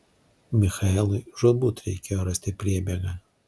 michaelui žūtbūt reikėjo rasti priebėgą